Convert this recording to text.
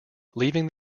leaving